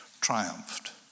Triumphed